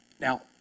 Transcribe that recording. Now